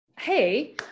Hey